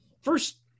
first